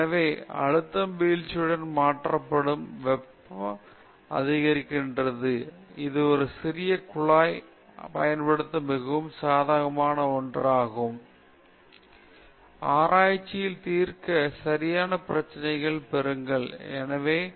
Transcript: எனவே அழுத்தம் வீழ்ச்சியுடன் மாற்றப்படும் வெப்பம் அதிகரித்து வருகிறது எனவே இது ஒரு சிறிய குழாய் விட்டம் பயன்படுத்த மிகவும் சாதகமான மற்றும் ஆம் மக்கள் அவர் என்ன சொல்கிறார் அவர் என்ன சொல்கிறார் அவர் என்ன சொல்கிறார் ஆச்சரியம் என்று கூறுவேன் உங்கள் வேலையைப் படித்த அனைவருக்கும் எச்சரிக்கையாக இருங்கள் உங்கள் விஷயங்களை மக்கள் சமாதானமாக வாசிக்க அனுமதிக்காதீர்கள் அது உங்கள் இலக்காக இருக்க வேண்டும் சரியா